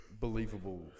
believable